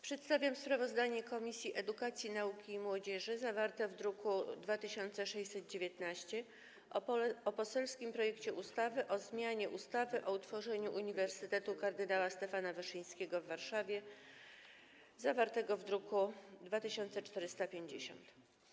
Przedstawiam sprawozdanie Komisji Edukacji, Nauki i Młodzieży zawarte w druku nr 2619 o poselskim projekcie ustawy o zmianie ustawy o utworzeniu Uniwersytetu Kardynała Stefana Wyszyńskiego w Warszawie zawartym w druku nr 2450.